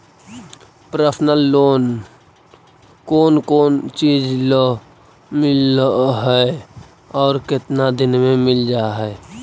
Personal loan कोन कोन चिज ल मिल है और केतना दिन में मिल जा है?